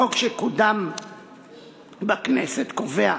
החוק שקודם בכנסת קובע